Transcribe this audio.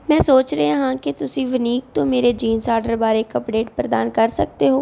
ਮੈਂ ਸੋਚ ਰਿਹਾ ਹਾਂ ਕਿ ਤੁਸੀਂ ਵਨੀਕ ਤੋਂ ਮੇਰੇ ਜੀਨਸ ਆਡਰ ਬਾਰੇ ਇੱਕ ਅਪਡੇਟ ਪ੍ਰਦਾਨ ਕਰ ਸਕਦੇ ਹੋ